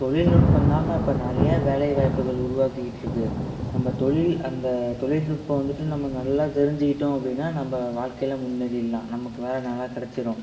தொழில்நுட்பந்தாங்க இப்போ நிறையா வேலை வாய்ப்புகள் உருவாக்கிக்கிட்டு இருக்குது நம்ம தொழில் அந்த தொழில்நுட்பம் வந்துட்டு நம்ம நல்லா தெரிஞ்சிக்கிட்டோம் அப்படின்னா நம்ம வாழ்க்கையில முன்னேறிர்லாம் நமக்கு வேலை நல்லா கிடச்சிரும்